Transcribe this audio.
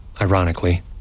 ironically